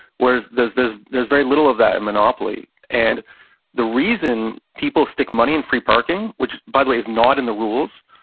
whereas there's there's very little of that in monopoly. and the reason people stick money in free parking, which by the way is not in the rules,